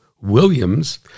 Williams